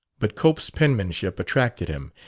but cope's penmanship attracted him.